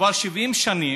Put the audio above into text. כבר 70 שנים,